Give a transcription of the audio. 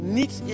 niet